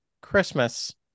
Christmas